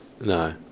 No